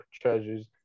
treasures